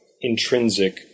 intrinsic